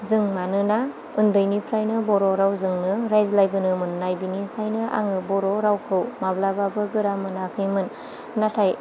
जों मानोना उन्दैनिफ्रायनो बर' रावजोंनो राज्लायबोनो मोन्नाय बेनिखायनो आङो बर' रावखौ माब्लाबाबो गोरा मोनाखैमोन नाथाय